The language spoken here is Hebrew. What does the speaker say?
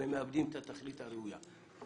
ומאבדים את התכלית הראויה.